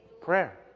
Prayer